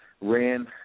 ran